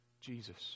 Jesus